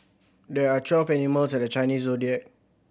there are twelve animals in the Chinese Zodiac